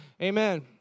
Amen